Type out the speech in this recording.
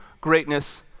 greatness